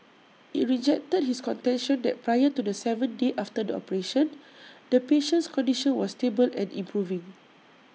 IT rejected his contention that prior to the seventh day after the operation the patient's condition was stable and improving